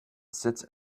sits